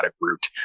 route